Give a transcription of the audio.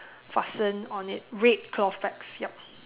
fasten on it red cloth pegs yup